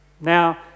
Now